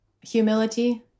Humility